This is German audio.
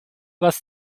was